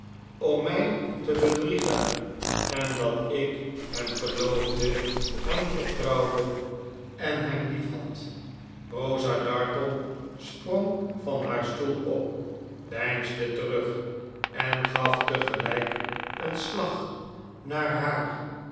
om mij te bedriegen en dat ik hem geloofde hem vertrouwde en hem liefhad rosa dartle sprong van haar stoel op deinsde terug en gaf tegelijk een slag naar haar